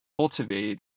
cultivate